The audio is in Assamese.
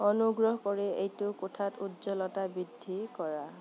অনুগ্ৰহ কৰি এইটো কোঠাত উজ্জ্বলতা বৃদ্ধি কৰা